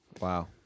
Wow